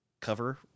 cover